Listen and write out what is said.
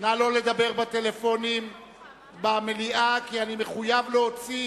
נא לא לדבר בטלפונים במליאה כי אני מחויב להוציא,